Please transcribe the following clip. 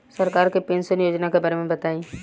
सरकार के पेंशन योजना के बारे में बताईं?